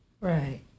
Right